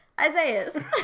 Isaiah